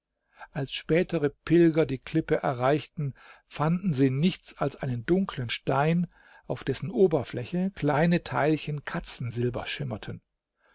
als spätere pilger die klippe erreichten fanden sie nichts als einen dunklen stein auf dessen oberfläche kleine teilchen katzensilber schimmerten